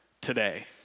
today